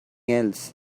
else